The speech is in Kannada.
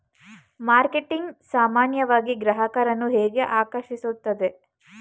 ಮಾರ್ಕೆಟಿಂಗ್ ಸಾಮಾನ್ಯವಾಗಿ ಗ್ರಾಹಕರನ್ನು ಹೇಗೆ ಆಕರ್ಷಿಸುತ್ತದೆ?